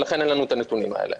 ולכן אין לנו את הנתונים האלה.